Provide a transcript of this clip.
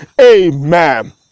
Amen